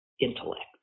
intellect